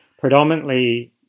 predominantly